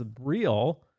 real